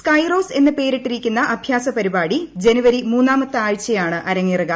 Skyros എന്ന് പേരിട്ടിരിക്കുന്ന അഭ്യാസ പരിപാടി ജനുവരി മൂന്നാമത്തെ ആഴ്ചയാണ് അരങ്ങേറുക